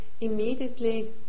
immediately